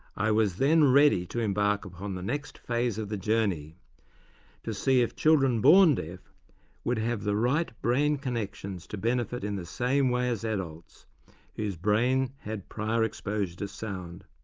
i was then ready to embark upon the next phase of the journey to see if children born deaf would have the right brain connections to benefit in the same way as adults whose brain had prior exposure to sound.